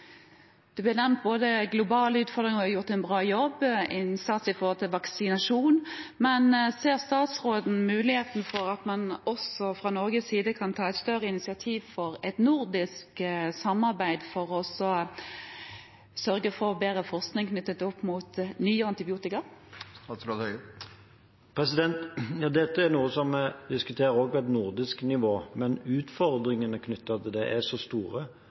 at man fra Norges side kan ta et større initiativ for et nordisk samarbeid for å sørge for bedre forskning knyttet opp mot nye antibiotika? Dette er noe som også diskuteres på et nordisk nivå, men utfordringene knyttet til det er så store,